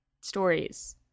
stories